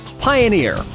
Pioneer